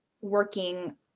working